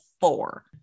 four